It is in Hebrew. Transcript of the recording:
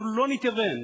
אנחנו לא נתייוון,